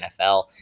NFL